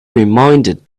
reminded